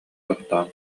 тохтоон